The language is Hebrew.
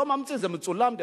אני לא ממציא, זה מצולם.